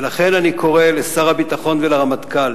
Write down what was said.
ולכן אני קורא לשר הביטחון ולרמטכ"ל